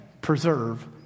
preserve